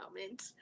moment